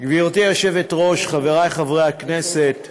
גברתי היושבת-ראש, חברי חברי הכנסת,